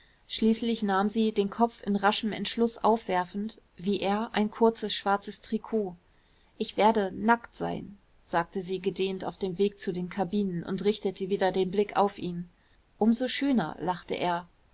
schließlich nahm sie den kopf in raschem entschluß aufwerfend wie er ein kurzes schwarzes trikot ich werde nackt sein sagte sie gedehnt auf dem wege zu den kabinen und richtete wieder den blick auf ihn um so schöner lachte er